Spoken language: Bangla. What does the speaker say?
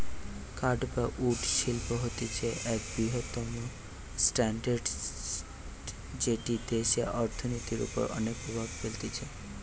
কাঠ বা উড শিল্প হতিছে এক বৃহত্তম ইন্ডাস্ট্রি যেটি দেশের অর্থনীতির ওপর অনেক প্রভাব ফেলতিছে